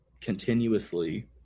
continuously